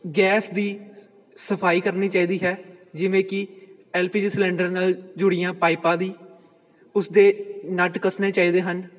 gas ਦੀ ਸਫਾਈ ਕਰਨੀ ਚਾਹੀਦੀ ਹੈ ਜਿਵੇਂ ਕਿ ਐਲ ਪੀ ਜੀ ਸਲਿੰਡਰ ਨਾਲ ਜੁੜੀਆਂ ਪਾਈਪਾਂ ਦੀ ਉਸਦੇ ਨਟ ਕਸਣੇ ਚਾਹੀਦੇ ਹਨ